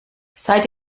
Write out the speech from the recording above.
seid